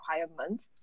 requirements